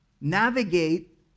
navigate